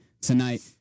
tonight